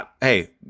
Hey